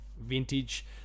Vintage